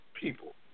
people